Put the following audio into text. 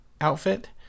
outfit